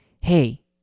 hey